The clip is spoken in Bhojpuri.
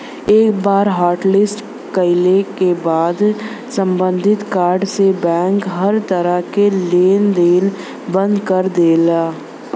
एक बार हॉटलिस्ट कइले क बाद सम्बंधित कार्ड से बैंक हर तरह क लेन देन बंद कर देला